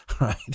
right